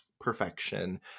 perfection